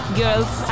girls